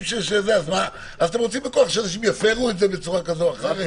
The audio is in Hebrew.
אתם רוצים בכוח שאנשים יפרו את זה בצורה כזו או אחרת?